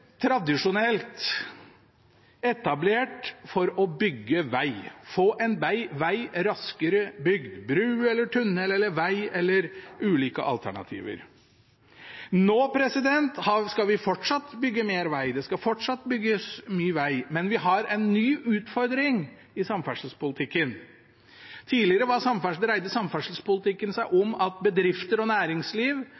tradisjonelt etablert for å bygge vei, få en vei raskere bygd – bru, tunnel, vei eller ulike alternativer. Nå skal vi fortsatt bygge mer vei, det skal fortsatt bygges mye vei. Men vi har en ny utfordring i samferdselspolitikken. Tidligere dreide samferdselspolitikken seg